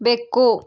ಬೆಕ್ಕು